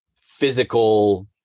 physical